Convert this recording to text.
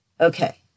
Okay